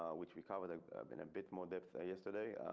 which we covered in a bit more depth yesterday